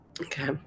okay